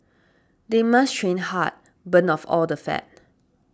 they must train hard burn off all the fat